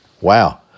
Wow